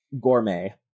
gourmet